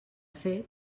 fet